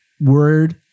word